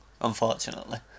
unfortunately